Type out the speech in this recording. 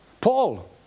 Paul